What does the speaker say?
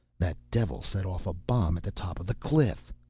that devil set off a bomb at the top of the cliff!